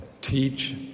teach